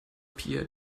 pia